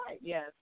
Yes